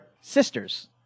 Sisters